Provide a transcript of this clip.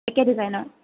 একে ডিজাইনৰ